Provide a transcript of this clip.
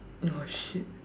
no ah shit